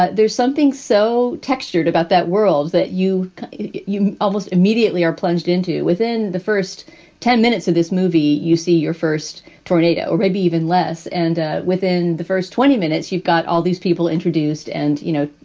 ah there's something so textured about that world that you you almost immediately are plunged into within the first ten minutes of this movie, you see your first tornado or maybe even less. and ah within the first twenty minutes, you've got all these people introduced and, you know,